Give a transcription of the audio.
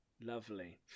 Lovely